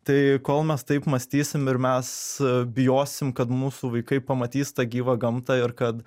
tai kol mes taip mąstysim ir mes bijosim kad mūsų vaikai pamatys tą gyvą gamtą ir kad